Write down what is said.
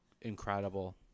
incredible